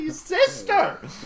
sister